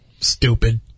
stupid